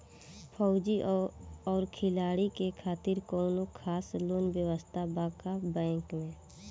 फौजी और खिलाड़ी के खातिर कौनो खास लोन व्यवस्था बा का बैंक में?